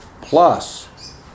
plus